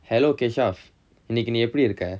hello kesav இன்னைக்கு நீ எப்படி இருக்க:innaikku nee eppadi irukka